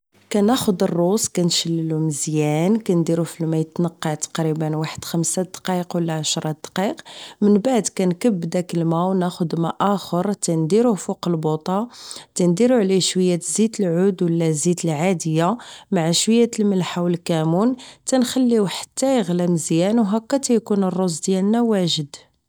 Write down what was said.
كناخد الروز كلشي مزيان كنديروه في الماء يتنقع تقريبا 5 دقائق ولا 10 دقايق من بعد نكب ذاك الماء وناخذ ماء اخر نديره فوق البوطا تنديرو عليه شوية زيت العود ولا الزيت العادي مع شوية الملح والكمون ونخليوه حتى يغلى مزيان وهاكا تيكون الروز ديالنا واجد